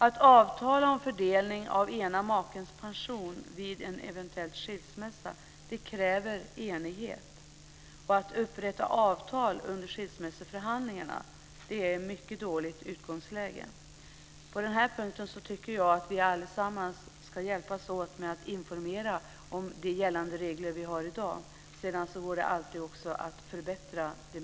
Att avtala om fördelning av ena makens pension vid en eventuell skilsmässa kräver enighet. Utgångsläget för upprättande av avtal under skilsmässoförhandlingarna är mycket dåligt. Jag tycker att vi allesammans på den här punkten ska hjälpas åt med att informera om de regler som gäller i dag. Det mesta brukar dessutom efter hand gå att förbättra.